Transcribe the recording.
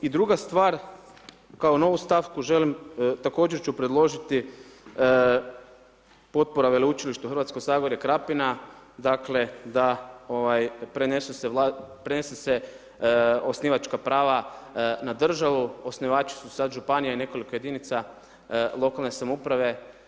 I druga stvar kao novu stavku želim, također ću predložiti, potpora veleučilište, Hrvatsko zagorje Krapina, dakle, da prenese se osnivačka prava na državu, osnivači su sada županija i nekoliko jedinica lokalne samouprave.